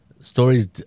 stories